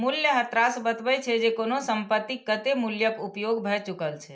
मूल्यह्रास बतबै छै, जे कोनो संपत्तिक कतेक मूल्यक उपयोग भए चुकल छै